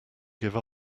give